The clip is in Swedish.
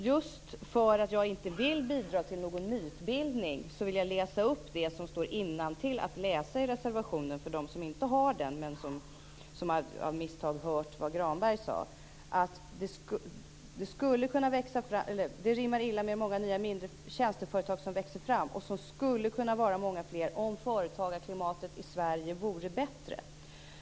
Just därför att jag inte vill bidra till någon mytbildning vill jag läsa upp det som står i reservationen för dem som inte har läst den men som av misstag har hört vad Granberg sade. Där står följande: "Detta rimmar illa med de nya, mindre tjänsteföretag som växer fram - och som skulle kunna vara många fler om företagarklimatet i Sverige vore bättre."